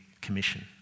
commission